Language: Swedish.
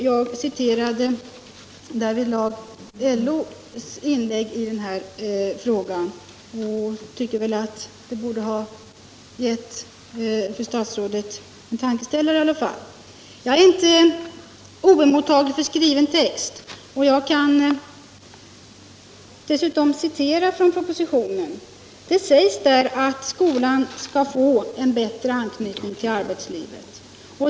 Jag citerade därvidlag LO:s inlägg i denna fråga, och jag tycker att det åtminstone borde ha gett fru statsrådet en tankeställare. Jag är inte oemottaglig för skriven text, och jag kan dessutom återge vad som står i propositionen. Det sägs där att skolan skall få en bättre anknytning till arbetslivet.